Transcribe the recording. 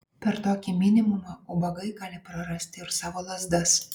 per tokį minimumą ubagai gali prarasti ir savo lazdas